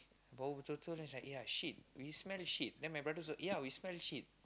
bau betul-betul then is like ya shit we smell shit then my brother also ya we smell shit